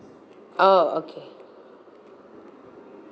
oh okay